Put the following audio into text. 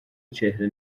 چهره